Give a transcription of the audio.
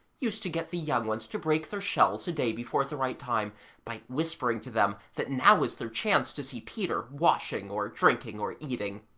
used to get the young ones to break their shells a day before the right time by whispering to them that now was their chance to see peter washing or drinking or eating.